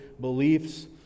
beliefs